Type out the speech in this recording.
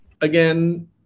again